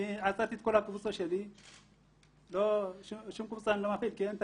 אני לא מפעיל שום קבוצה כי אין תקציב,